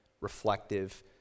reflective